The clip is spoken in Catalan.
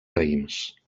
raïms